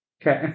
Okay